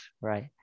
right